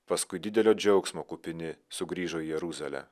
paskui didelio džiaugsmo kupini sugrįžo į jeruzalę